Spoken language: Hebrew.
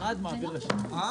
הישיבה ננעלה בשעה 13:25.